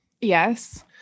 Yes